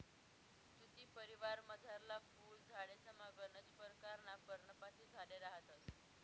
तुती परिवारमझारला फुल झाडेसमा गनच परकारना पर्णपाती झाडे रहातंस